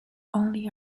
only